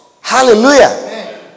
Hallelujah